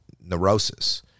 neurosis